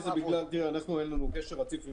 יודעים בסוף השנה --- היה לנו קשר רציף עם